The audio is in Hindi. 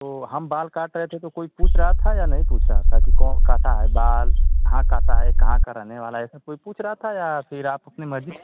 तो हम बाल काट रहे थे तो कोई पूछ रहा था या नहीं पूछ रहा था कि कौन काटा है बाल कहाँ काटा है कहाँ का रहने वाला है ऐसा कोई पूछ रहा था या फिर आप अपने मर्जी